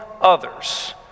others